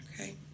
Okay